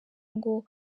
ngo